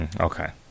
Okay